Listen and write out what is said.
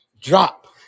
drop